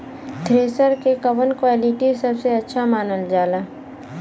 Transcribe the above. Thresher के कवन quality सबसे अच्छा मानल जाले?